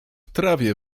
trawie